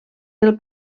del